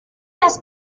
les